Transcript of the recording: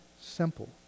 simple